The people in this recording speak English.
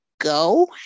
go